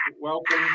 welcome